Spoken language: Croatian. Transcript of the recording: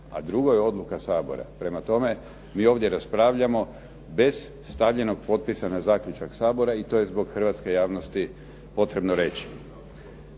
a drugo je odluka Sabora. Prema tome, mi ovdje raspravljamo bez stavljenog potpisa na zaključak Sabora i to je zbog hrvatske javnosti potrebno reći.